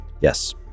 Yes